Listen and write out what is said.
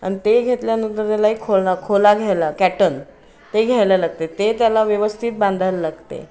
आणि ते घेतल्यानंतर त्याला एक खोना खोला घ्यायला कॅटन ते घ्यायला लागते ते त्याला व्यवस्थित बांधायला लागते